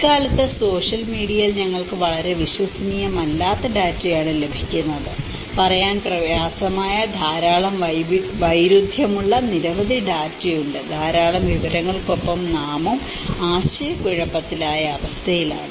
ഇക്കാലത്ത് സോഷ്യൽ മീഡിയയിൽ ഞങ്ങൾക്ക് വളരെ വിശ്വസനീയമല്ലാത്ത ഡാറ്റയാണ് ലഭിക്കുന്നത് പറയാൻ പ്രയാസമായ ധാരാളം വൈരുദ്ധ്യമുള്ള നിരവധി ഡാറ്റ ഉണ്ട് ധാരാളം വിവരങ്ങൾക്കൊപ്പം നാമും ആശയക്കുഴപ്പത്തിലായ അവസ്ഥയിലാണ്